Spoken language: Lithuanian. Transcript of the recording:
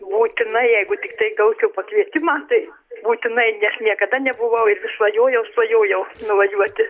būtinai jeigu tiktai gaučiau pakvietimą tai būtinai nes niekada nebuvau ir vis svajojau svajojau nuvažiuoti